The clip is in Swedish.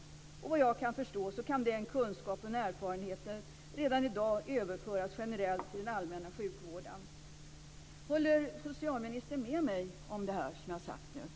Såvitt jag kan förstå kan de erfarenheterna och de kunskaperna redan i dag överföras generellt till den allmänna sjukvården. Håller socialministern med mig om det som jag har sagt nu?